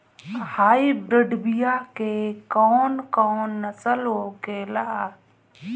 Hybrid बीया के कौन कौन नस्ल होखेला?